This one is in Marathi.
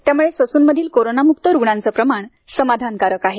त्यामुळे ससूनमधील कोरोनामुक्त रूग्णांचे प्रमाण समाधानकारक आहे